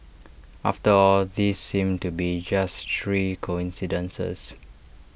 after all these seem to be just three coincidences